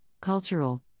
cultural